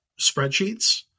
spreadsheets